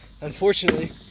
unfortunately